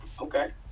okay